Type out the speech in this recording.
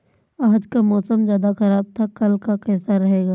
आज का मौसम ज्यादा ख़राब था कल का कैसा रहेगा?